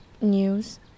news